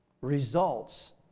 results